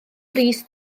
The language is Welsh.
bris